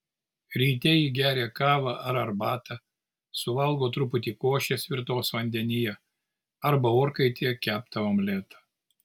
ryte ji geria kavą ar arbatą suvalgo truputį košės virtos vandenyje arba orkaitėje keptą omletą